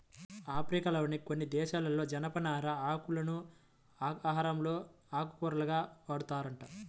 ఆఫ్రికాలోని కొన్ని దేశాలలో జనపనార ఆకులను ఆహారంలో ఆకుకూరగా వాడతారంట